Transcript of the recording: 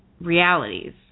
realities